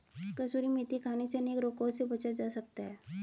कसूरी मेथी खाने से अनेक रोगों से बचा जा सकता है